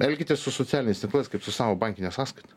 elkitės su socialiniais tinklais kaip su savo bankine sąskaita